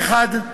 האחד,